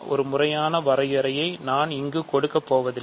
ஒரு முறையான வரையறையை நான் இங்கு கொடுக்கப் போவதில்லை